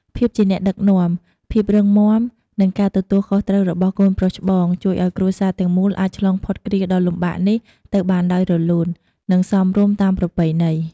ភាពជាអ្នកដឹកនាំ ភាពរឹងមាំ និងការទទួលខុសត្រូវរបស់កូនប្រុសច្បង ជួយឲ្យគ្រួសារទាំងមូលអាចឆ្លងផុតគ្រាដ៏លំបាកនេះទៅបានដោយរលូន និងសមរម្យតាមប្រពៃណី។